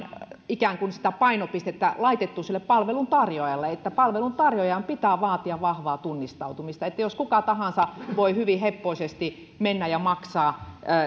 ikään kuin sitä painopistettä laitettu sille palveluntarjoajalle että palveluntarjoajan pitää vaatia vahvaa tunnistautumista eli jos kuka tahansa voi hyvin heppoisesti mennä ja maksaa